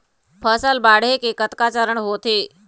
फसल बाढ़े के कतका चरण होथे?